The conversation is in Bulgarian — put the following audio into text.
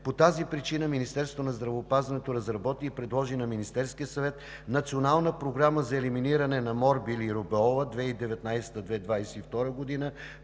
По тази причина Министерството на здравеопазването разработи и предложи на Министерския съвет Национална програма за елиминиране на морбили и рубеола 2019 – 2022 г.,